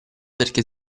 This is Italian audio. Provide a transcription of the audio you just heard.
perché